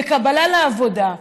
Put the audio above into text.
בקבלה לעבודה,